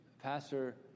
Pastor